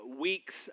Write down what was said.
weeks